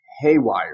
haywire